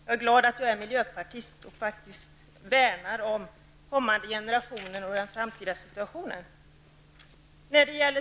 Jag är glad att jag är miljöpartist och värnar om kommande generationer och om den framtida situationen.